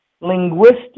linguistic